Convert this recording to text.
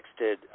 texted